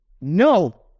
no